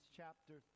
chapter